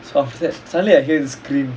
so after that suddenly I hear this scream